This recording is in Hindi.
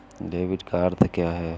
डेबिट का अर्थ क्या है?